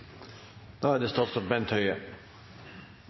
da er det